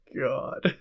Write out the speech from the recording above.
God